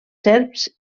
serps